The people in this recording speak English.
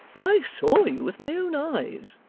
i saw you with my own eyes